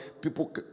People